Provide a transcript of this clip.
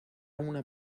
una